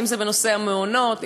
אם זה בנושא המעונות,